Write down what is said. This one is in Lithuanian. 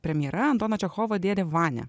premjera antano čechovo dėdė vania